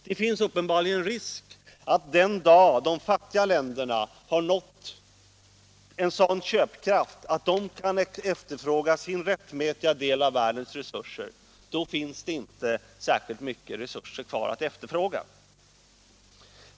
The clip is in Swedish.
Det finns uppenbarligen en risk att den dag de fattiga länderna har nått en sådan köpkraft, att de kan efterfråga sin rättmätiga del av världens resurser, är det inte särskilt mycket resurser kvar att efterfråga.